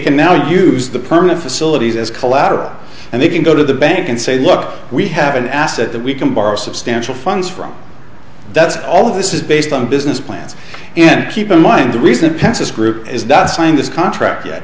can now use the permit facilities as collateral and they can go to the bank and say look we have an asset that we can borrow substantial funds from that's all of this is based on business plans and keep in mind the reason passes group is not signed this contract yet